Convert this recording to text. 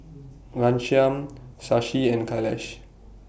Ghanshyam Shashi and Kailash